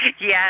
Yes